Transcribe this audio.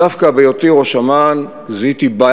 דווקא בהיותי ראש אמ"ן זיהיתי בעיה